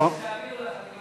ואתם את הכסף